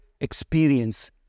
experience